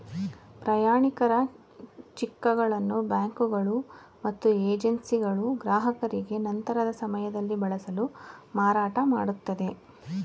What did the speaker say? ಪ್ರಯಾಣಿಕರ ಚಿಕ್ಗಳನ್ನು ಬ್ಯಾಂಕುಗಳು ಮತ್ತು ಏಜೆನ್ಸಿಗಳು ಗ್ರಾಹಕರಿಗೆ ನಂತರದ ಸಮಯದಲ್ಲಿ ಬಳಸಲು ಮಾರಾಟಮಾಡುತ್ತದೆ